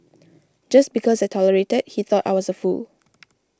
just because I tolerated he thought I was a fool